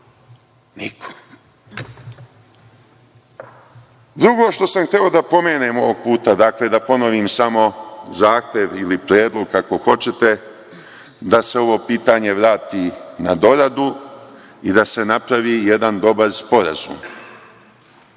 Niko. Drugo što sam hteo da pomenem ovog puta, dakle, da ponovim samo zahtev ili predlog, kako hoćete, da se ovo pitanje vrati na doradu i da se napravi jedan dobar sporazum